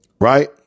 Right